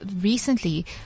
recently